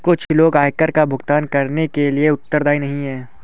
कुछ लोग आयकर का भुगतान करने के लिए उत्तरदायी नहीं हैं